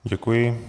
Děkuji.